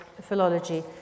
philology